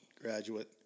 graduate